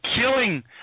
killing